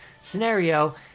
scenario